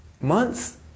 months